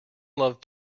loved